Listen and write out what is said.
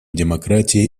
демократии